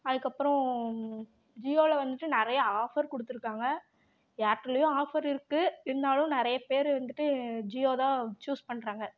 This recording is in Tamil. அதுக்கப்புறம் ஜியோவில் வந்துட்டு நிறையா ஆஃபர் கொடுத்துருக்காங்க ஏர்டெல்லேயும் ஆஃபர் இருக்குது இருந்தாலும் நிறைய பேர் வந்துட்டு ஜியோ தான் சூஸ் பண்ணுறாங்க